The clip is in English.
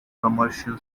commercial